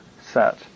set